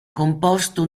composto